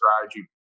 strategy